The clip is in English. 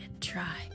try